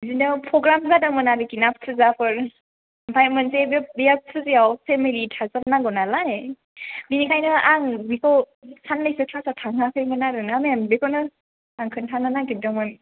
बिदिनो प्रग्राम जादोंमोन आरोखि ना फुजाफोर ओमफ्राय मोनसे बे फुजायाव फेमिलि थाजोबनांगौ नालाय बेनिखायनो आं बिखौ साननैसो क्लासाव थांहोआखैमोन आरोना मेम बेखौनो आं खिन्थानो नागिरदोंमोन